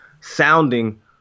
sounding